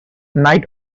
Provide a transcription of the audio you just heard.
knight